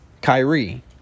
Kyrie